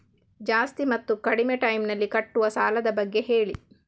ಜಾಸ್ತಿ ಮತ್ತು ಕಡಿಮೆ ಟೈಮ್ ನಲ್ಲಿ ಕಟ್ಟುವ ಸಾಲದ ಬಗ್ಗೆ ಹೇಳಿ